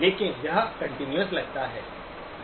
लेकिन यह कंटीन्यूअस लगता है